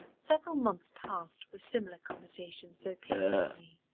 several months passed with similar conversations, so painful to me,